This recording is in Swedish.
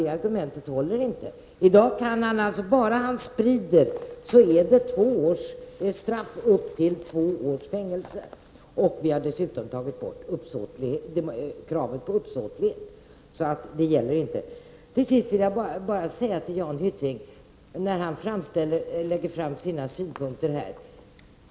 Det argumentet håller således inte. Om han sprider filmen kan han straffas med upp till två års fängelse. Dessutom har man tagit bort kravet på uppsåt. Jan Hyttring lägger fram sina synpunkter och för ett resonemang som jag inte riktigt förstår.